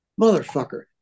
motherfucker